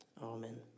Amen